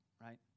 right